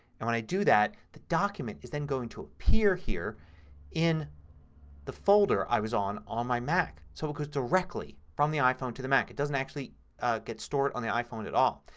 and when i do that the document is then going to appear here in the folder i was on, on my mac. so it goes directly from the iphone to the mac. it doesn't actually get stored on the iphone at all.